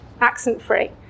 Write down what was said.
accent-free